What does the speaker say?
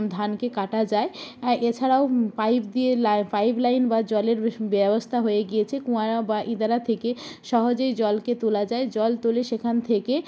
ধানকে কাটা যায় হ্যাঁ এছাড়াও পাইপ দিয়ে লা পাইপ লাইন বা জলের ব্যবস্থা হয়ে গিয়েছে কুঁয়ারা বা ইদারা থেকে সহজেই জলকে তোলা যায় জল তুলে সেখান থেকে